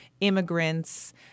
immigrants